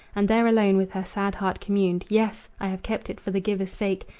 and there alone with her sad heart communed yes! i have kept it for the giver's sake,